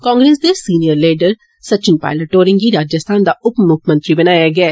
कॉग्रेस दे senior leader Sachin Pilot होरें गी राजस्थान दा उप मुक्खमंत्री बनाया गेआ ऐ